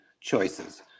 choices